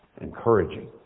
encouraging